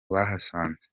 bahasanze